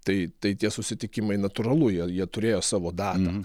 tai tai tie susitikimai natūralu jie jie turėjo savo datą